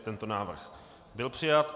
Tento návrh byl přijat.